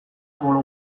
bolo